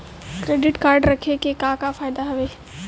Credit card रखे के का का फायदा हवे?